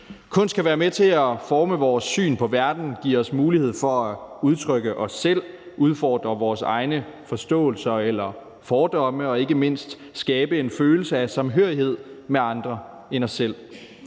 Kunst skal være med til at forme vores syn på verden, give os mulighed for at udtrykke os selv, udfordre vores egne forståelser eller fordomme og ikke mindst skabe en følelse af samhørighed med andre end os selv.